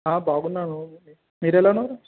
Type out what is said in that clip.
బాగున్నాను మీరు ఎలా ఉన్నారు